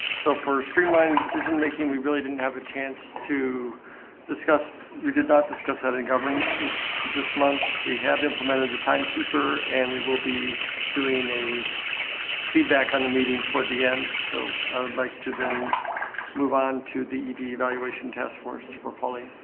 so for a streamlined decision-making we really didn't have a chance to discuss we did not discuss how to governance this this month. we have implemented the timekeeper and we will be doing a feedback on the meeting toward the end. so i would like to then move on to the idi evaluation task force for pulling